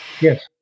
Yes